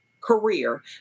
career